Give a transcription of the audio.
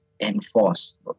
enforced